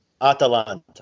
Atalanta